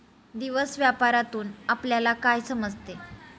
दिवस व्यापारातून आपल्यला काय समजते